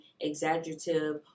exaggerative